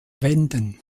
wenden